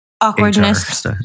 awkwardness